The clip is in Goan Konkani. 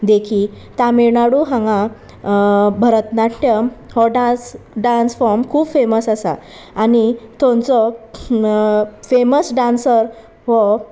देखी तामिळनाडू हांगा भरतनाट्यम हो डांस डांस फॉम खूब फेमस आसा आनी थंयचो फेमस डांसर हो